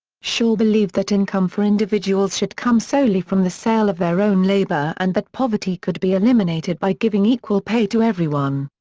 shaw believed that income for individuals should come solely from the sale of their own labour and that poverty could be eliminated by giving equal pay to everyone.